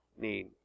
need